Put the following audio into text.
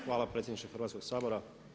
Hvala predsjedniče Hrvatskog sabora.